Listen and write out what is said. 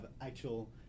actual